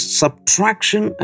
subtraction